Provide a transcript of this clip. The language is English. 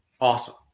awesome